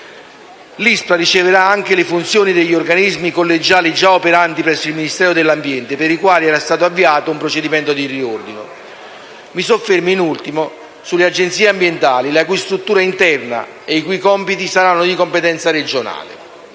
L'ISPRA riceverà anche le funzioni degli organismi collegiali già operanti presso il Ministero dell'ambiente per i quali era stato avviato un procedimento di riordino. Mi soffermo, in ultimo, sulle Agenzie per la protezione dell'ambiente, la cui struttura interna e i cui compiti saranno di competenza regionale.